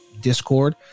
discord